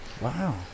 Wow